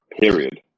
period